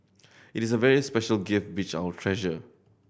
it is a very special gift which I will treasure